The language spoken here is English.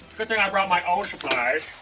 good thing i brought my own supplies.